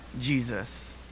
Jesus